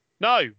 No